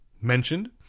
Mentioned